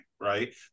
right